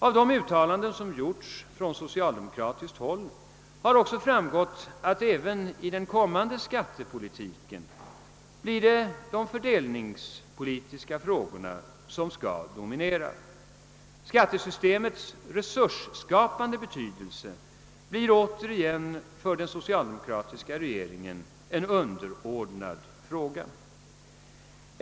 Av de uttalanden som gjorts från socialdemokratiskt håll har också framgått att även i den kommande skattepolitiken blir det fördelningsfrågorna som får dominera. Skattesystemets resursskapande bety delse blir återigen för den socialdemokratiska regeringen en underordnad fråga.